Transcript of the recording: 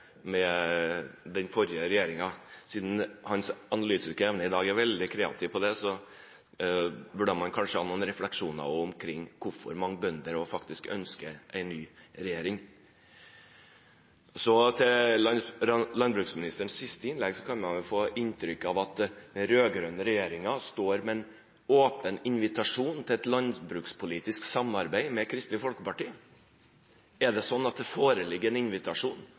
med den forrige regjeringen. Siden hans analytiske evner i dag er veldig kreative, burde han kanskje ha noen refleksjoner omkring hvorfor mange bønder faktisk også ønsker en ny regjering. Ut fra landbruksministerens siste innlegg kan man få inntrykk av at den rød-grønne regjeringen står med en åpen invitasjon til et landbrukspolitisk samarbeid med Kristelig Folkeparti. Er det sånn at det foreligger en invitasjon